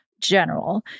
general